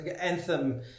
anthem